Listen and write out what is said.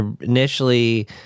initially